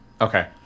Okay